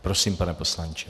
Prosím, pane poslanče.